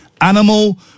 Animal